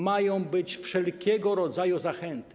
Mają być wszelkiego rodzaju zachęty.